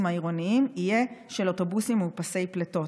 העירוניים יהיה של אוטובוסים מאופסי פליטות.